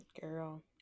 Girl